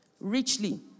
Richly